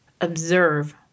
observe